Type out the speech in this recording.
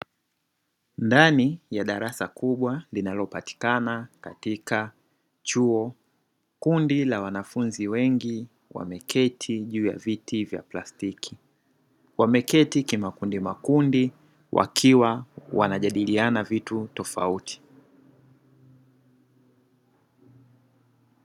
Ndani ya darasa kubwa linalopatikana katika chuo, kundi la wanafunzi wengi wameketi juu ya viti vya plastiki, wameketi kimakundi makundi wakiwa wanajadiliana vitu tofauti.